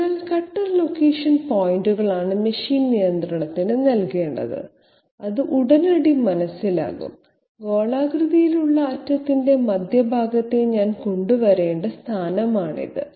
അതിനാൽ cutter location പോയിന്റുകളാണ് machine നിയന്ത്രണത്തിന് നൽകേണ്ടത് അത് ഉടനടി മനസ്സിലാക്കും ഗോളാകൃതിയിലുള്ള അറ്റത്തിന്റെ മധ്യഭാഗത്തെ ഞാൻ കൊണ്ടുവരേണ്ട സ്ഥാനമാണിത്